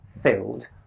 filled